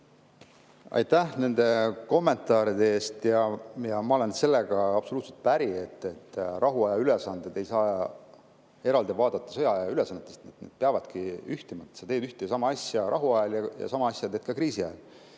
Aitäh nende kommentaaride eest! Ma olen sellega absoluutselt päri, et rahuaja ülesandeid ei saa eraldi vaadata sõjaaja ülesannetest, need peavadki ühtima. Sa teed ühte asja rahuajal ja sama asjad teed ka kriisiajal.